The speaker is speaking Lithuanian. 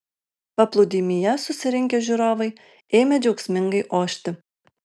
paplūdimyje susirinkę žiūrovai ėmė džiaugsmingai ošti